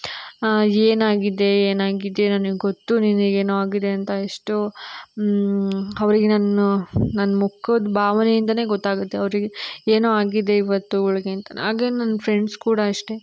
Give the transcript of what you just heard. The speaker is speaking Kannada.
ಏನಾಗಿದೆ ಏನಾಗಿದೆ ನನಗೆ ಗೊತ್ತು ನಿನಗೆ ಏನೋ ಆಗಿದೆ ಅಂತ ಎಷ್ಟು ಅವ್ರಿಗೆ ನನ್ನ ನನ್ನ ಮುಖದ ಭಾವನೆಯಿಂದಲೇ ಗೊತ್ತಾಗುತ್ತೆ ಅವರಿಗೆ ಏನೋ ಆಗಿದೆ ಇವತ್ತು ಇವ್ಳಿಗೆ ಅಂತ ಹಾಗೇ ನನ್ನ ಫ್ರೆಂಡ್ಸ್ ಕೂಡ ಅಷ್ಟೇ